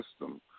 system